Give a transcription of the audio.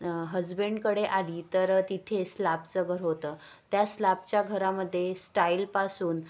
हजबंडकडे आली तर तिथे स्लापचं घर होतं त्या स्लापच्या घरामध्ये स्टाईलपासून